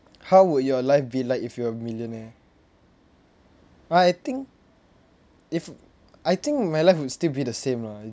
how will your life be like if you're a millionaire I think if I think my life would still be the same lah